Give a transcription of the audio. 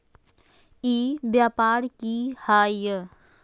ई व्यापार की हाय?